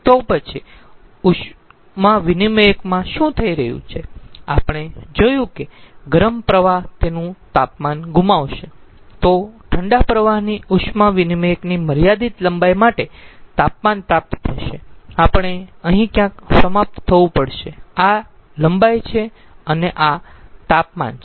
તો પછી આ ઉષ્મા વિનીમયકમાં શું થઈ રહ્યું છે આપણે જોયું કે ગરમ પ્રવાહ તેનું તાપમાન ગુમાવશે તો ઠંડા પ્રવાહથી ઉષ્મા વિનીમયકની મર્યાદિત લંબાઈ માટે તાપમાન પ્રાપ્ત થશે આપણે અહીં ક્યાંક સમાપ્ત થવું પડશે આ લંબાઈ છે અને આ તાપમાન છે